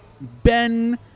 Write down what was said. Ben